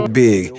big